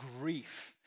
grief